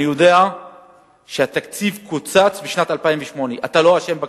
אני יודע שהתקציב קוצץ בשנת 2008. אתה לא אשם בקיצוץ,